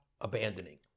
abandoning